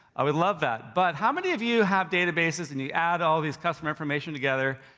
i would love that. but how many of you have databases, and you add all this customer information together?